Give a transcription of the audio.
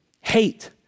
hate